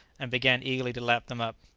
and began eagerly to lap them up.